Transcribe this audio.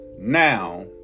Now